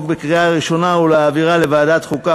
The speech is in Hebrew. בקריאה ראשונה ולהעבירה לוועדת חוקה,